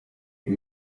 you